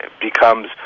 becomes